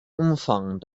umfang